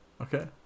Okay